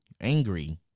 angry